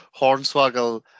hornswoggle